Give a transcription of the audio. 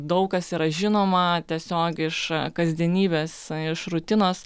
daug kas yra žinoma tiesiogiai iš kasdienybės iš rutinos